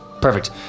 Perfect